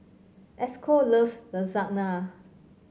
Esco loves Lasagna